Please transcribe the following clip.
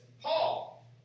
paul